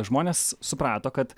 žmonės suprato kad